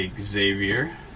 Xavier